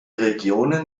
regionen